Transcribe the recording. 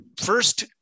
First